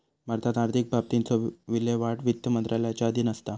भारतात आर्थिक बाबतींची विल्हेवाट वित्त मंत्रालयाच्या अधीन असता